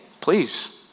please